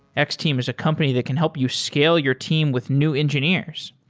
x-team is a company that can help you scale your team with new engineers.